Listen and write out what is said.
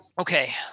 Okay